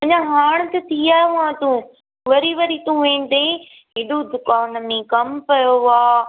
अञा हाणि त थी आयो आहे तूं वरी वरी तूं वेंदे हेॾो दुकान में कमु पियो आहे